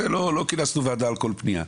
לא כינסנו וועדה על כל פניה.